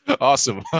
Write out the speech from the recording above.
awesome